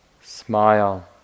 smile